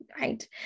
Right